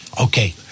Okay